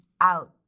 out